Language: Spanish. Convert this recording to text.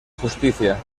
justicia